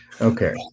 Okay